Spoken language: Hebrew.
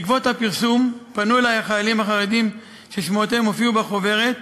בעקבות הפרסום פנו אלי החיילים החרדים ששמותיהם הופיעו בחוברת,